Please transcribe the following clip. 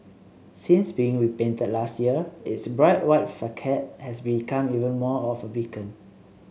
since being repainted last year its bright white facade has become even more of a beacon